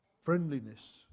Friendliness